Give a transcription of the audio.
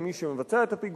עם מי שמבצע את הפיגועים,